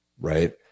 Right